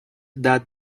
that